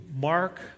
Mark